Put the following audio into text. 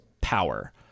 power